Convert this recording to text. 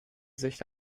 sicht